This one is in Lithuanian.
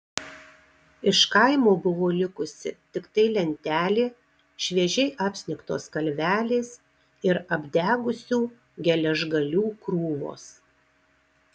iš kaimo buvo likusi tiktai lentelė šviežiai apsnigtos kalvelės ir apdegusių geležgalių krūvos